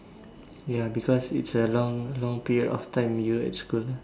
ya because it's a long long period of time you at school ah